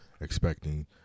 expecting